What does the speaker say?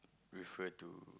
refer to